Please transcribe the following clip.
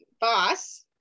boss